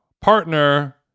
partner